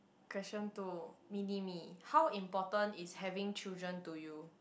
question two mini me how important is having children to you